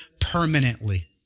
permanently